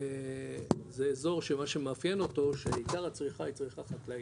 זה אזור שמה שמאפיין אותו שעיקר הצריכה היא צריכה חקלאית,